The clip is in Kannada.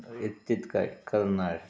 ಎತ್ತಿದ ಕೈ ಕರ್ನಾಟಕ